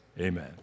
Amen